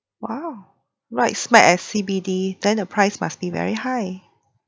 !wow! right smack at C_B_D then the price must be very high